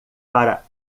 para